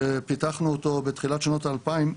שפיתחנו אותו בתחילת שנות ה-2000,